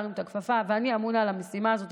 ואני אמונה על המשימה הזאת.